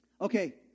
Okay